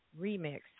Remix